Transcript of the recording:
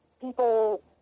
people